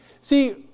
See